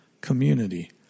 community